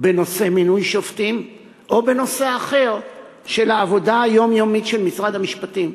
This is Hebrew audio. בנושא מינוי שופטים או בנושא אחר של העבודה היומיומית של משרד המשפטים,